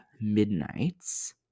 Midnight's